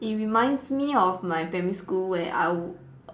it reminds me of my primary school where I w~